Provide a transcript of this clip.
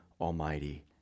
Almighty